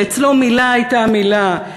שאצלו מילה הייתה מילה,